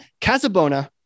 Casabona